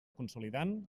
consolidant